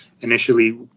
initially